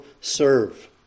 serve